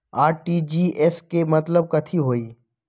RTGS के मतलब कथी होइ?